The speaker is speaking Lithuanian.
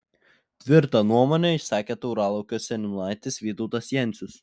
tvirtą nuomonę išsakė tauralaukio seniūnaitis vytautas jencius